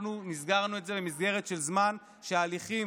אנחנו מסגרנו את זה במסגרת של זמן כדי שההליכים